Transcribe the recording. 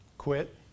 quit